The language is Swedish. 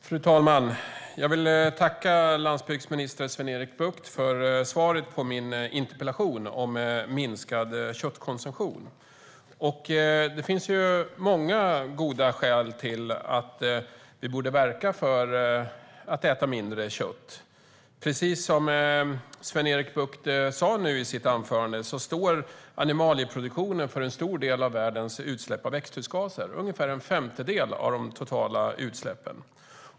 Fru talman! Jag tackar landsbygdsminister Sven-Erik Bucht för svaret på min interpellation om minskad köttkonsumtion. Det finns många goda skäl att verka för att vi ska äta mindre kött. Precis som Sven-Erik Bucht sa står animalieproduktionen för en stor del av världens utsläpp av växthusgaser, ungefär en femtedel av de totala utsläppen.